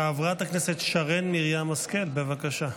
חברת הכנסת שרן מרים השכל, בבקשה.